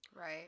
Right